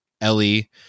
Ellie